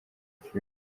afrika